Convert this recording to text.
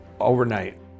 overnight